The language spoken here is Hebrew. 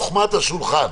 חוכמת השולחן,